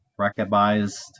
recognized